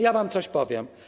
Ja wam coś powiem.